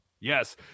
yes